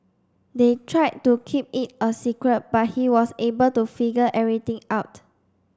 they tried to keep it a secret but he was able to figure everything out